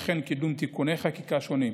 וכן קידום תיקוני חקיקה שונים.